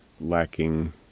lacking